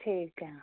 ਠੀਕ ਐ